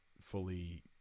fully